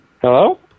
Hello